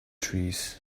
trees